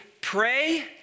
pray